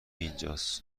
اینجاس